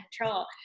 control